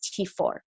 T4